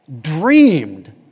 dreamed